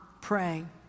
praying